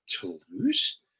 Toulouse